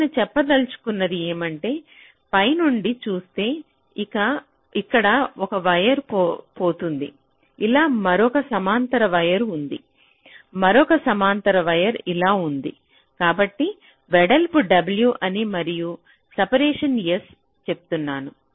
నేను చెప్పదలచుకున్నది ఏమంటే పైనుండి చూస్తే ఇక్కడ ఒక వైర్ పోతుంది ఇలా మరొక సమాంతర వైర్ ఉంది మరొక సమాంతర వైర్ ఇలా ఉంది కాబట్టి వెడల్పు w అని మరియు సపరేషన్ s చెప్తున్నాము